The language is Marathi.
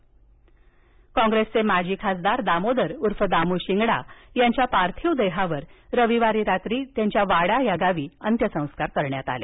अंत्यसंस्कार काँग्रेसचे माजी खासदार दामोदर उर्फ दामू शिंगडा यांच्या पार्थिव देहावर रविवारी रात्री त्यांच्या वाडा या गावी अंत्यसंस्कार करण्यात आले